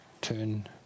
turn